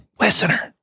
Listener